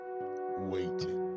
waiting